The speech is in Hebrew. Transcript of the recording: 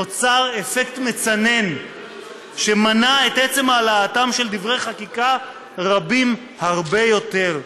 נוצר אפקט מצנן שמנע את עצם העלאתם של דברי חקיקה רבים הרבה יותר.